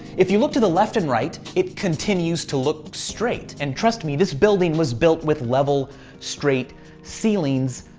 if you look to the left and right, it continues to look straight and trust me, this building was built with level straight ceilings.